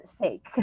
sake